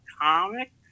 comic